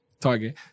Target